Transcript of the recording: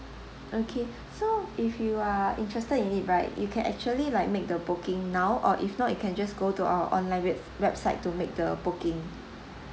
okay so if you are interested in it right you can actually like make the booking now or if not you can just go to our online web~ website to make the booking